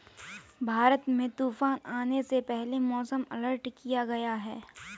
भारत में तूफान आने से पहले मौसम अलर्ट किया गया है